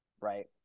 right